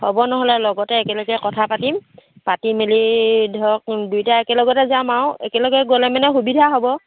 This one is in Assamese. হ'ব ন'হলে লগতে একেলগে কথা পাতিম পাতি মেলি ধৰক দুয়োটাই একেলগতে যাম আৰু একেলগে গ'লে মানে সুবিধা হ'ব